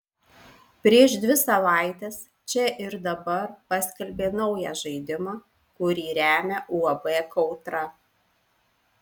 prieš dvi savaites čia ir dabar paskelbė naują žaidimą kurį remia uab kautra